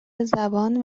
زبان